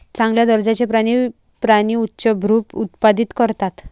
चांगल्या दर्जाचे प्राणी प्राणी उच्चभ्रू उत्पादित करतात